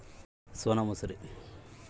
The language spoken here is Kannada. ಮಾರುಕಟ್ಟೆಯಲ್ಲಿ ಉತ್ತಮ ಗುಣಮಟ್ಟದ ಭತ್ತ ಯಾವುದು?